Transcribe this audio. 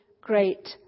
great